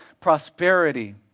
prosperity